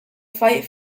fight